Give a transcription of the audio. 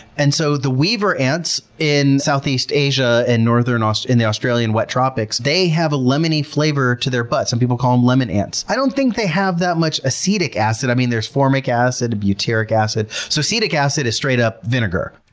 and so the weaver ants in southeast asia and in ah so in the australian wet tropics, they have a lemony flavor to their butts. some people call them lemon ants. i don't think they have that much acetic acid. i mean there's formic acid, butyric acid, so acetic acid is straight up vinegar.